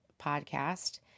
podcast